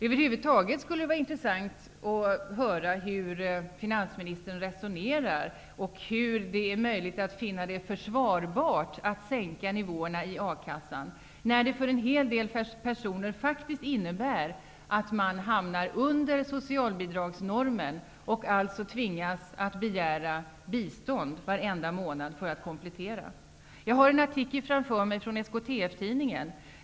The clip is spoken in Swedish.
Över huvud taget vore det intessant att höra hur finansministern resonerar och hur det är möjligt att finna det försvarbart att sänka nivåerna i a-kassan, när det för en hel del personer faktiskt innebär att de hamnar under socialbidragsnormen och alltså tvingas att begära bistånd varje månad för att komplettera ersättningen. Jag har framför mig en artikel ur SKTF-Tidningen.